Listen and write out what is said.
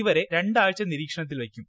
ഇവരെ രണ്ട് ആഴ്ച നിരീക്ഷണത്തിൽ വയ്ക്കും